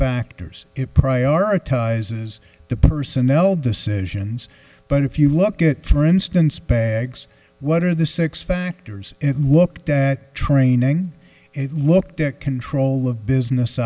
factors it prioritizes the personnel decisions but if you look at for instance pegs what are the six factors it looked at training it looked at control of business